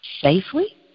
safely